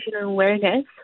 awareness